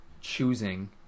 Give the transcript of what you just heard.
choosing